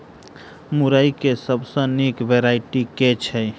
मुरई केँ सबसँ निक वैरायटी केँ छै?